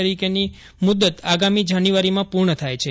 તરીકેની મુદ્દત આગામી જાન્યુઆરીમાં પૂર્ણ થાય છે